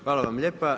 Hvala vam lijepa.